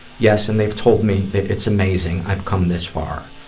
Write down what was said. yes, and they've told me that it's amazing i've come this far.